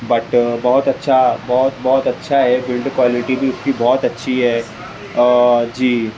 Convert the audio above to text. but بہت اچھا بہت بہت اچھا ہے بلڈ کوالٹی بھی اس کی بہت اچھی ہے جی